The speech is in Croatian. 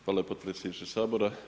Hvala podpredsjedniče Sabora.